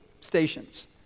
stations